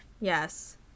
Yes